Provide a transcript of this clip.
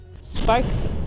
Sparks